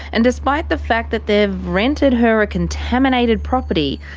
and despite the fact that they've rented her a contaminated property,